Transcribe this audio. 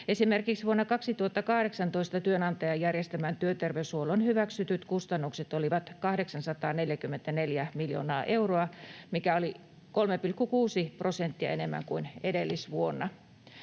Esimerkiksi vuonna 2018 työnantajan järjestämän työterveyshuollon hyväksytyt kustannukset olivat 844 miljoonaa euroa, mikä oli 3,6 prosenttia enemmän kuin edellisvuonna.